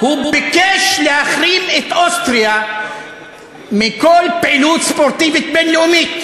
הוא ביקש להחרים את אוסטריה מכל פעילות ספורטיבית בין-לאומית.